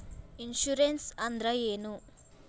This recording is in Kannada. ಇನ್ಶೂರೆನ್ಸ್ ಅಂದ್ರ ಏನು?